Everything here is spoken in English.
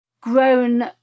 grown